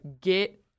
get